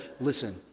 listen